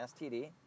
STD